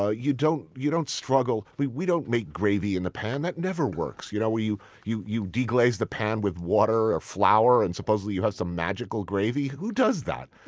ah you don't you don't struggle. we we don't make gravy in the pan. that never works. you know, where you you deglaze the pan with water or flour and, supposedly, you have some magical gravy. who does that?